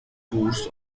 tours